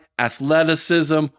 athleticism